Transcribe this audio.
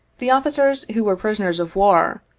the officers who were prisoners of war,